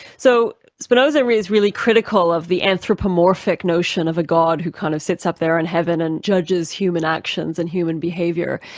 so spinoza is really critical of the anthropomorphic notion of a god who kind of sits up there in heaven and judges human actions and human behavior.